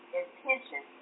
intention